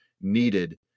needed